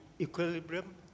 equilibrium